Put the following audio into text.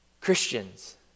Christians